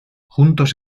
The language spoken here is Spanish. juntos